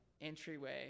entryway